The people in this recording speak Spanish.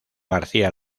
garcía